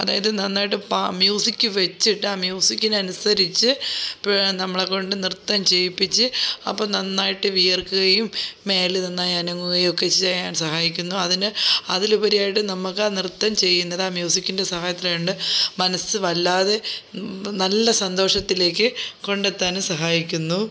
അതായത് നന്നായിട്ട് പാ മ്യൂസിക് വെച്ചിട്ട് ആ മ്യൂസിക്കിന് അനുസരിച്ച് പി നമ്മളെക്കൊണ്ട് നൃത്തം ചെയ്യിപ്പിച്ച് അപ്പം നന്നായിട്ട് വിയർക്കുകയും മേല് നന്നായി അനങ്ങുകയും ഒക്കെ ചെയ്യാൻ സഹായിക്കുന്നു അതിന് അതിലുപരിയായിട്ട് നമുക്ക് നൃത്തം ചെയ്യുന്നത് ആ മ്യൂസിക്കിൻ്റെ സഹായത്തിലായത് കൊണ്ട് മനസ് വല്ലാതെ നല്ല സന്തോഷത്തിലേക്ക് കൊണ്ടെത്താനും സഹായിക്കുന്നു